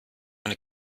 eine